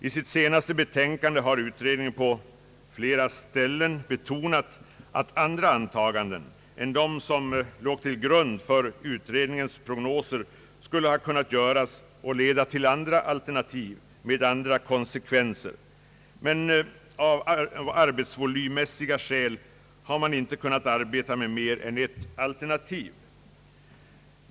I sitt senaste betänkande har utredningen på flera ställen betonat att andra antaganden än de som låg till grund för utredningens prognoser skulle ha kunnat göras och leda till andra alternativ med andra konsekvenser, men av arbetsvolymmässiga skäl har man inte kunnat arbeta med mer än ett alternativ.